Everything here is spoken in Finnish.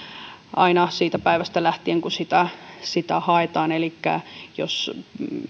aina siitä päivästä lähtien kun sitä sitä haetaan elikkä jos